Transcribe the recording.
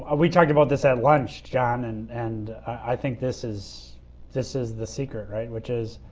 ah we talked about this at lunch, john, and and i think this is this is the secret right. which is,